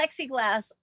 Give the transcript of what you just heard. plexiglass